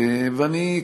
ואני,